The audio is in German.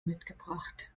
mitgebracht